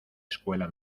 escuela